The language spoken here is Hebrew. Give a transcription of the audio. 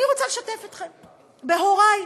אני רוצה לשתף אתכם, בהורי,